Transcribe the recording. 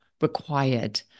required